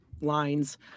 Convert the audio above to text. lines